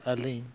ᱟᱹᱞᱤᱧ